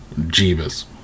Jeebus